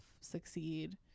succeed